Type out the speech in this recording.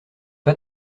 pas